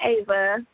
Ava